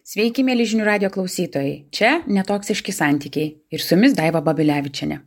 sveiki mieli žinių radijo klausytojai čia netoksiški santykiai ir su jumis daiva babilevičienė